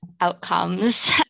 outcomes